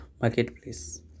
marketplace